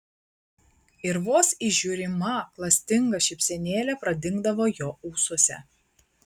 ir vos įžiūrima klastinga šypsenėlė pradingdavo jo ūsuose